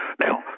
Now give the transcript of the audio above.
Now